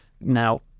Now